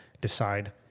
decide